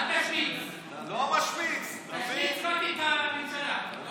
מה תגידי ביום הזיכרון לחללי צה"ל?